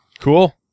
cool